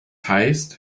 heißt